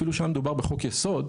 אפילו שהיה מדובר בחוק יסוד,